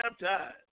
baptized